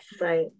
Right